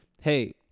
hey